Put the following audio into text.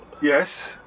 Yes